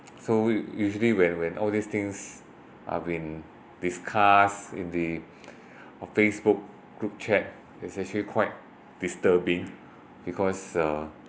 so usually when when all these things are being discussed in the facebook group chat it's actually quite disturbing because uh